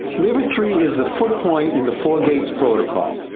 liver three is the foot point in the four gates protocol.